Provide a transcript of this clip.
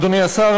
אדוני השר,